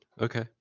Okay